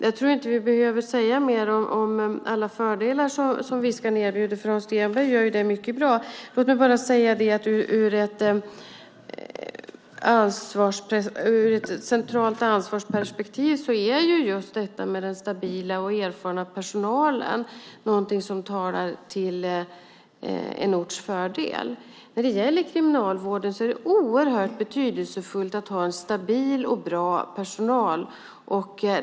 Jag tror inte att vi behöver säga mer om alla fördelar som Viskan erbjuder, för Hans Stenberg gör det mycket bra. Låt mig bara säga att i ett centralt ansvarsperspektiv är just detta med den stabila och erfarna personalen någonting som talar till en orts fördel. När det gäller Kriminalvården är det oerhört betydelsefullt att ha en stabil och bra personal.